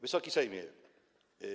Wysoki Sejmie!